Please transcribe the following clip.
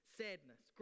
sadness